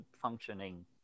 functioning